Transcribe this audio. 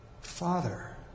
Father